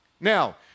Now